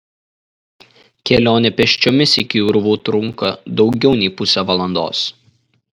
kelionė pėsčiomis iki urvų trunka daugiau nei pusę valandos